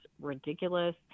ridiculous